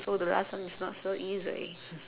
so the last one is not so easy